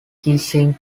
kissing